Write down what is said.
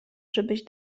żebyś